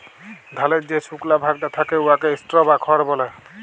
ধালের যে সুকলা ভাগটা থ্যাকে উয়াকে স্ট্র বা খড় ব্যলে